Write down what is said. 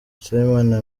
dusabimana